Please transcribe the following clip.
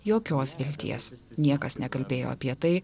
jokios vilties niekas nekalbėjo apie tai